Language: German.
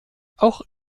auch